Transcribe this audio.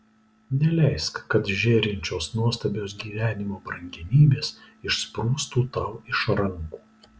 neleisk kad žėrinčios nuostabios gyvenimo brangenybės išsprūstų tau iš rankų